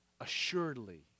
assuredly